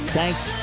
thanks